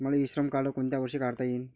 मले इ श्रम कार्ड कोनच्या वर्षी काढता येईन?